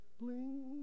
bling